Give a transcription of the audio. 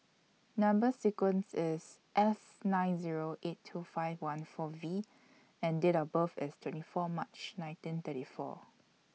Number sequence IS S nine Zero eight two five one four V and Date of birth IS twenty four March nineteen thirty four